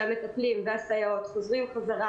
שמטפלים וסייעות חוזרים חזרה.